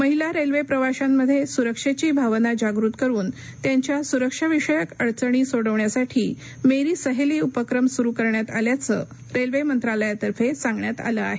महिला रेल्वे प्रवाश्यांमध्ये सुरक्षेची भावना जागृत करून त्यांच्या सुरक्षाविषयक अडचणी सोडवण्यासाठी मेरी सहेली उपक्रम सुरु करण्यात आल्याच रेल्वे मंत्रालायातर्फे सांगण्यात आलं आहे